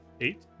Eight